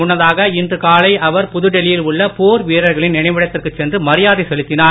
முன்னதாக இன்று காலை அவர் புதுடெல்லியில் உள்ள போர் வீரர்களின் நினைவிடத்திற்கு சென்று மரியாதை செலுத்தினார்